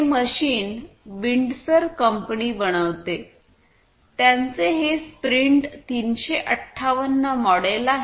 हे machine Windsor company बनवते त्याचे हे स्प्रिंट 358 मॉडेल आहे